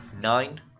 Nine